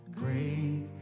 great